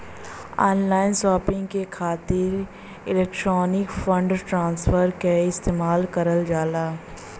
online shopping के खातिर electronic fund transfer क इस्तेमाल करल जाला